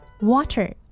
Water